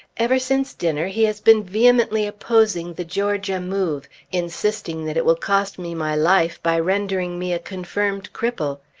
ever since dinner he has been vehemently opposing the georgia move, insisting that it will cost me my life, by rendering me a confirmed cripple.